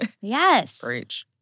Yes